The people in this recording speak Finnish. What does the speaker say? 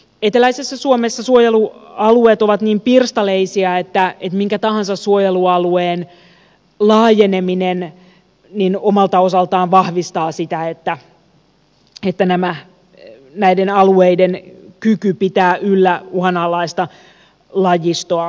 eteläisessä suomessa suojelualueet ovat niin pirstaleisia että minkä tahansa suojelualueen laajeneminen omalta osaltaan vahvistaa sitä että näiden alueiden kyky pitää yllä uhanalaista lajistoa paranee